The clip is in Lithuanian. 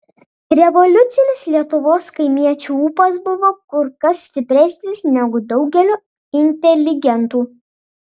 revoliucinis lietuvos kaimiečių ūpas buvo kur kas stipresnis negu daugelio inteligentų